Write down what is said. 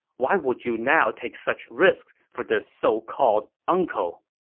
why would you now take such risks for this so-called uncle?